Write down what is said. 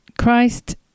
Christ